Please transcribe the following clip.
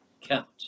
count